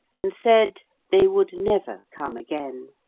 and said they would never come again,